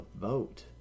vote